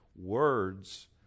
Words